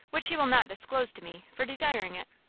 which he will not disclose to me, for desiring it.